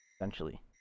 essentially